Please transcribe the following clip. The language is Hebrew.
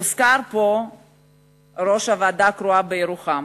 הוזכר פה ראש הוועדה הקרואה בירוחם.